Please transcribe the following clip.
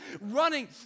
running